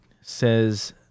says